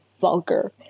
vulgar